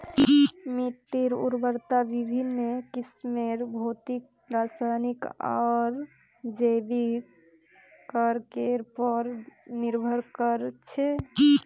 मिट्टीर उर्वरता विभिन्न किस्मेर भौतिक रासायनिक आर जैविक कारकेर पर निर्भर कर छे